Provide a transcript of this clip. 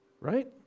Right